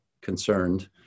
concerned